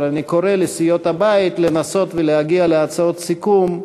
אבל אני קורא לסיעות הבית לנסות ולהגיע להצעות סיכום,